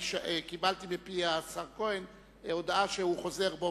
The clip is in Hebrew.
קיבלתי מפי השר כהן הודעה שהוא חוזר בו